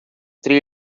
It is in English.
three